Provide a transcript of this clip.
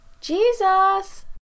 Jesus